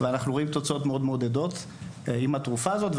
כשאנחנו רואים תוצאות מאוד מעודדות עם התרופה הזאת.